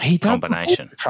combination